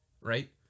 Right